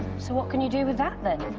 so what can you do with that, then?